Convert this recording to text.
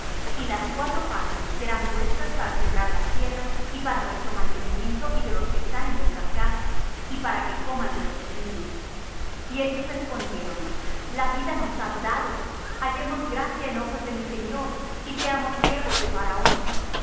y las cuatro partes serán vuestras para sembrar las tierras y para vuestro mantenimiento y de los que están en vuestras casas y para que coman vuestros niños y ellos respondieron la vida nos has dado hallemos gracia en ojos de mi señor y seamos siervos de faraón